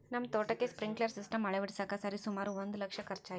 ನಮ್ಮ ತೋಟಕ್ಕೆ sprinkler system ಅಳವಡಿಸಕ ಸರಿಸುಮಾರು ಒಂದು ಲಕ್ಷ ಖರ್ಚಾಯಿತು